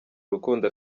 urukundo